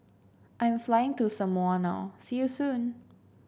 I'm flying to Samoa now see you soon